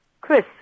Chris